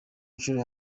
nshuro